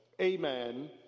Amen